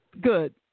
Good